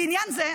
לעניין זה,